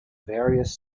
various